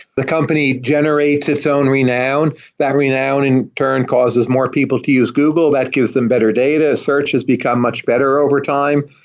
the company generates its own renowned, but renowned in turn causes more people to use google. that gives them better data. search has become much better over time.